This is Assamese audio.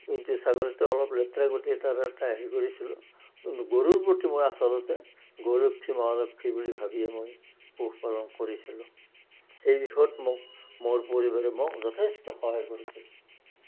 কিন্তু ছাগলীতো অলপ লেতেৰা গতিকে তাৰ এটা হেৰি কৰিছিলোঁ কিন্তু গৰুৰ প্ৰতি মোৰ আচলতে গো ৰক্ষী মহাৰক্ষী বুলি ভাবিয়ে মই পোহ পালন কৰিছিলোঁ এই দিশত মোক মোৰ পৰিবাৰে যথেষ্ট সহায় কৰিছে